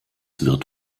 wird